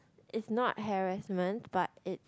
is not harassment but is